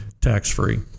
tax-free